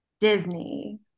Disney